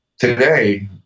Today